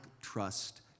trust